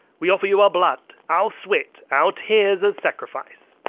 we offer you our blood, our sweat, our tears as sacrifice.